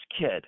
kid